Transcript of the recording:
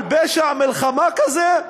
על פשע מלחמה כזה,